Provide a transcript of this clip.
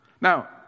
Now